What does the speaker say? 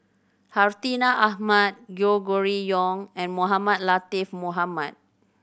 Hartinah Ahmad Gregory Yong and Mohamed Latiff Mohamed